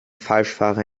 falschfahrer